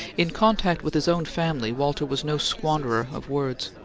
in contact with his own family walter was no squanderer of words.